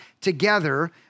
together